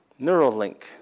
Neuralink